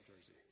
jersey